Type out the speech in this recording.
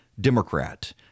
Democrat